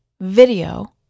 video